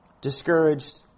discouraged